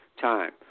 time